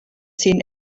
zehn